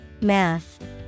Math